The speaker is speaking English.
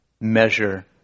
measure